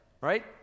Right